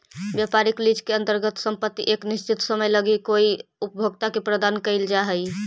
व्यापारिक लीज के अंतर्गत संपत्ति एक निश्चित समय लगी कोई उपभोक्ता के प्रदान कईल जा हई